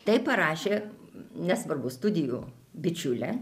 tai parašė nesvarbu studijų bičiulė